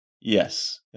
Yes